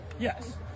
Yes